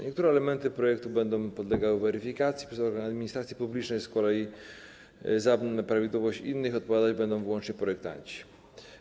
Niektóre elementy projektów będą podlegały weryfikacji przez organy administracji publicznej, z kolei za prawidłowość innych odpowiadać będą wyłącznie projektanci.